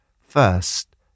First